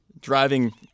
driving